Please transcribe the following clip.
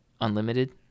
Unlimited